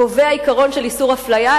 קובע עיקרון של איסור אפליה,